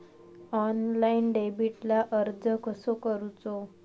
Online डेबिटला अर्ज कसो करूचो?